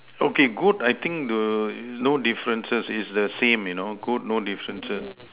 okay good I think err no differences is the same you know good no differences